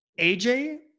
AJ